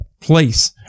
place